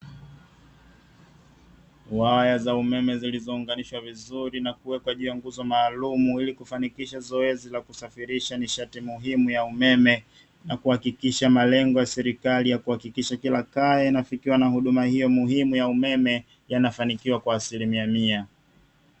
Waya za umeme zilizounganishwa vizuri na kuwekwa juu ya nguzo maalumu, ili kufanikisha zoezi la kusafirisha nishati muhimu ya umeme. Na kuhakikisha malengo ya serikali ya kuhakikisha kila kaya inafikiwa na huduma hiyo muhimu ya umeme, yanafikiwa kwa asilimia mia.